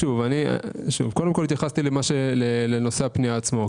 התייחסתי לנושא הפנייה עצמה.